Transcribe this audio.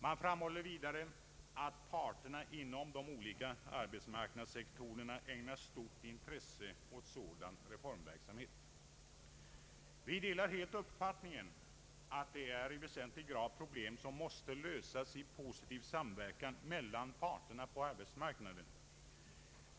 Man framhåller vidare att parterna inom de olika arbetsmarknadssektorerna ägnar stort intresse åt sådan reformverksamhet. Vi delar helt uppfattningen att detta i väsentlig grad är problem som måste lösas i positiv samverkan mellan parterna på arbetsmarknaden.